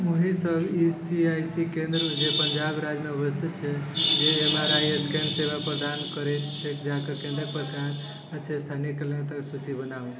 ओहि सब E S I C केंद्र जे पञ्जाब राज्यमे अवस्थित अछि जे एम आर आई स्कैन सेवा प्रदान करैत अछि जकर केंद्रक प्रकार अछि स्थानीय कर्यालय तकर सूची बनाउ